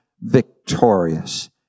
victorious